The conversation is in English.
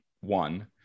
one